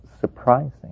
surprising